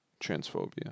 transphobia